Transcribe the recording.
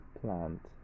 plant